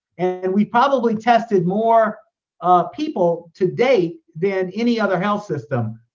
and we probably tested more people to date than any other health system.